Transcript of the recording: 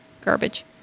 garbage